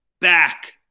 back